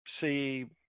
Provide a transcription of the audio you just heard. See